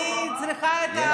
אני צריכה את,